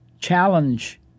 challenge